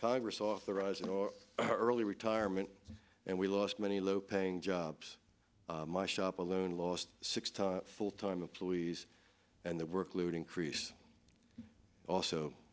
congress authorized or early retirement and we lost many low paying jobs my shop alone lost six times full time employees and the workload increased also